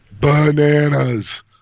bananas